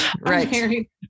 right